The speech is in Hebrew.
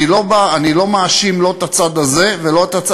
אני לא מאשים לא את הצד הזה ולא את הצד,